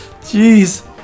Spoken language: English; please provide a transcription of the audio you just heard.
jeez